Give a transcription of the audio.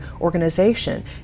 organization